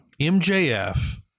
mjf